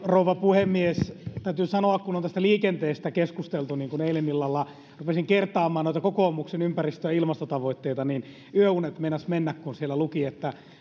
rouva puhemies täytyy sanoa kun on tästä liikenteestä keskusteltu että kun eilen illalla rupesin kertaamaan noita kokoomuksen ympäristö ja ilmastotavoitteita niin yöunet meinasivat mennä kun siellä luki että